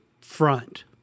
front